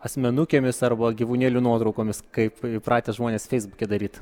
asmenukėmis arba gyvūnėlių nuotraukomis kaip įpratę žmonės feisbuke daryt